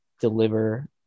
deliver